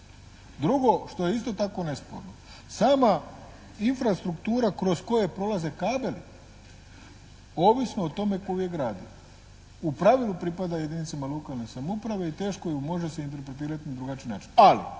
Drugo što je isto tako nesporno, sama infrastruktura kroz koje prolaze kablovi ovisno o tome tko ju je gradio, u pravilu pripada jedinicama lokalne samouprave i teško ju može se interpretirati na drugačiji način.